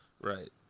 Right